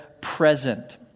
present